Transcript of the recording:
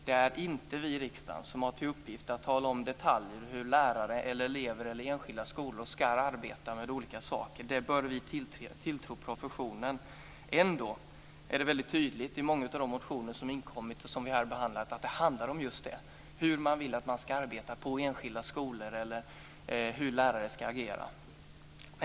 Det är inte vi i riksdagen som har till uppgift att tala om detaljer, om hur lärare, elever eller enskilda skolor ska arbeta med olika saker. Det bör vi tilltro professionen. Ändå är det väldigt tydligt i många av de motioner som har inkommit och som vi här har behandlat att det handlar om just det, om hur man vill att enskilda skolor ska arbeta eller hur lärare ska agera.